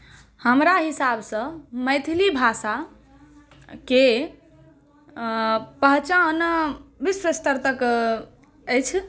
हमरा हिसाब सॅं मैथिली भाषाके पहचान विश्वस्तर तक अछि